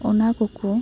ᱚᱱᱟ ᱠᱚ ᱠᱚ